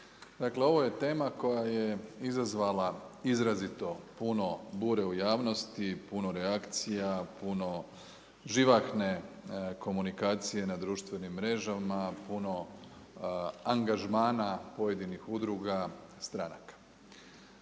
Dakle, ovo je tema koja je izazvala izrazito putno bure u javnosti, puno reakcija, puno živahne komunikacije na društvenim mrežama, puno angažmana pojedinih udruga, stranaka.